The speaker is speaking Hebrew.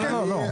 לא.